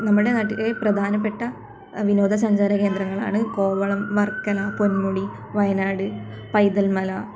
നമ്മുടെ നാട്ടിലെ പ്രധാനപ്പെട്ട വിനോദ സഞ്ചാര കേന്ദ്രങ്ങളാണ് കോവളം വർക്കല പൊന്മുടി വയനാട് പൈതൽമല